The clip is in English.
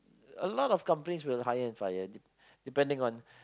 a lot of companies will hire and fire dep~ depending on